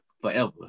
forever